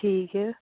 ਠੀਕ ਹੈ